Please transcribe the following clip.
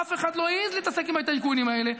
אף אחד לא העז להתעסק עם הטייקונים האלה.